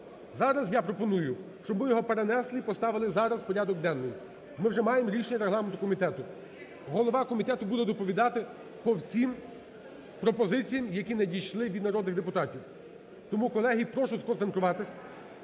Зараз я пропоную, щоб ви його перенесли і поставили зараз у порядок денний. Ми вже маємо рішення регламентного комітету. Голова комітету буде доповідати по всім пропозиціям, які надійшли від народних депутатів. Тому, колеги, прошу сконцентруватися,